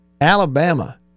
Alabama